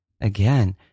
Again